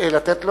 על